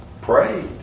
Prayed